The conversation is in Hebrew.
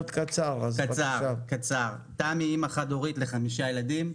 תמי אימא חד הורית לחמישה ילדים,